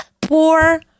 poor